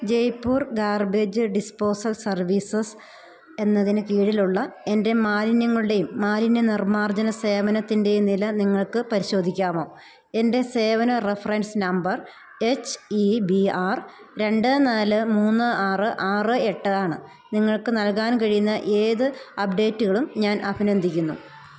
Jaipur garbage disposal services എന്നതിന് കീഴിലുള്ള എൻ്റെ മാലിന്യങ്ങളുടെയും മാലിന്യനിർമ്മാർജ്ജന സേവനത്തിൻ്റെയും നില നിങ്ങൾക്ക് പരിശോധിക്കാമോ എൻ്റെ സേവന reference number H E B R രണ്ട് നാല് മൂന്ന് ആറ് ആറ് എട്ടാണ് നിങ്ങൾക്ക് നൽകാൻ കഴിയുന്ന ഏത് അപ്ഡേറ്റുകളും ഞാൻ അഭിനന്ദിക്കുന്നു